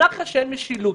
אנרכיה זה כשאין משילות